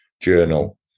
journal